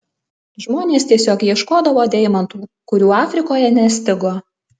žmonės tiesiog ieškodavo deimantų kurių afrikoje nestigo